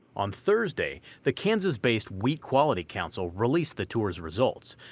on thursday the kansas-based wheat quality council released the tour's results,